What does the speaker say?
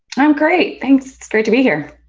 i'm great! thanks! it's great to be here!